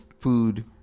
food